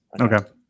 Okay